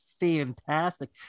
fantastic